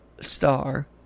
star